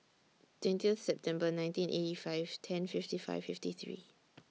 twenty Year September nineteen eighty five ten fifty five fifty three